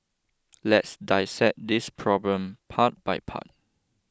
let's dissect this problem part by part